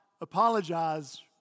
apologize